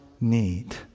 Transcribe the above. need